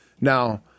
Now